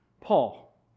Paul